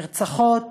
נרצחות,